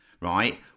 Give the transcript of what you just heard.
right